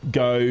go